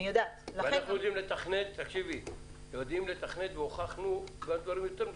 אנחנו יודעים לתכנת, והוכחנו, דברים יותר מסובכים.